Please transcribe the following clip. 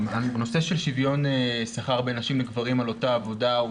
הנושא של שוויון שכר בין נשים לגברים על אותה עבודה הוא